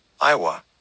Iowa